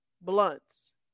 blunts